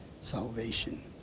salvation